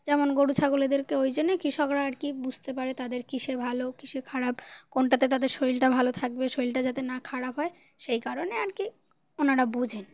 যেমন গরু ছাগলীদেরকে ওই জন্যে কৃষকরা আর কি বুঝতে পারে তাদের কিসে ভালো কিসে খারাপ কোনটাতে তাদের শরীরটা ভালো থাকবে শরীরটা যাতে না খারাপ হয় সেই কারণে আর কি ওনারা বোঝেন